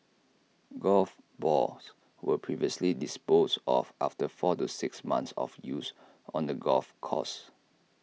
golf balls were previously disposed of after four to six months of use on the golf course